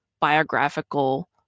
biographical